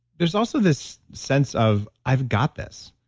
there's also this sense of, i've got this.